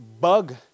bug